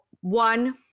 one